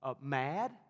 mad